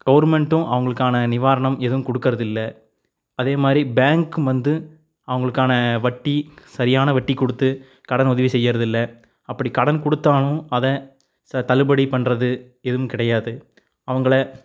கவர்மெண்ட்டும் அவங்களுக்கான நிவாரணம் எதுவும் கொடுக்குறதில்ல அதே மாதிரி பேங்க்கும் வந்து அவங்களுக்கான வட்டி சரியான வட்டி கொடுத்து கடன் உதவி செய்கிறதில்ல அப்படி கடன் கொடுத்தாலும் அதை தள்ளுபடி பண்ணுறது எதுவும் கிடையாது அவங்கள